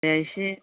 दे एसे